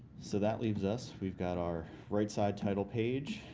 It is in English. so that leaves us we've got our right side title page.